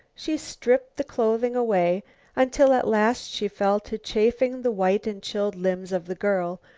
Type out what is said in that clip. she stripped the clothing away until at last she fell to chafing the white and chilled limbs of the girl,